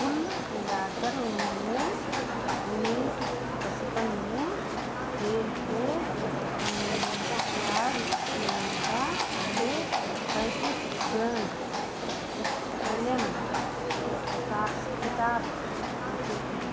कुल मिलाकर उन्होंने उन्नीस पचपन में खेल से संन्यास लेने का पहले पैंतीस ग्रैन्ड इस्एलेम खिताब जीते थे